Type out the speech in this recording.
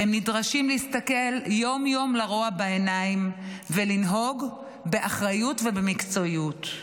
והם נדרשים להסתכל יום-יום לרוע בעיניים ולנהוג באחריות ובמקצועיות.